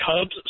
Cubs